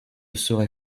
saurait